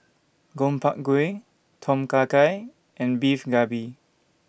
Gobchang Gui Tom Kha Gai and Beef Galbi